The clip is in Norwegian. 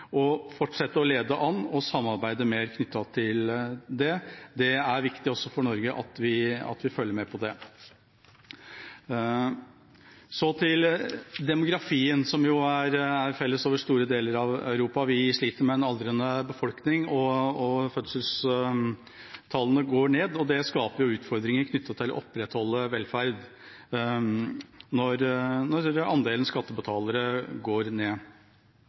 å fortsette å lede an og samarbeide mer knyttet til det. Det er viktig også for Norge at vi følger med på det. Så til demografien, som er felles over store deler av Europa: Vi sliter med en aldrende befolkning, fødselstallene går ned, og det skaper utfordringer knyttet til å opprettholde velferd når andelen skattebetalere går ned.